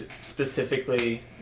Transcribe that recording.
specifically